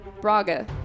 Braga